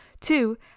two